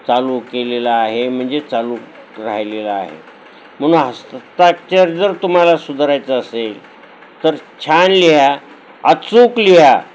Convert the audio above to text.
चालू केलेला आहे म्हणजे चालू राहिलेला आहे म्हणून हस्ताक्षर जर तुम्हाला सुधारायचं असेल तर छान लिहा अचूक लिहा